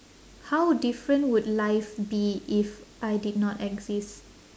how different would life be if I did not exist